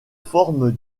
forme